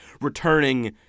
returning